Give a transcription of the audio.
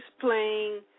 playing –